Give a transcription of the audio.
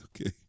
Okay